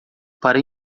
para